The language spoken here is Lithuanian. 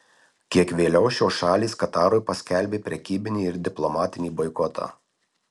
kiek vėliau šios šalys katarui paskelbė prekybinį ir diplomatinį boikotą